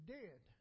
dead